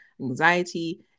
anxiety